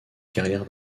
carrière